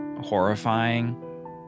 horrifying